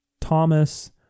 Thomas